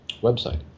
website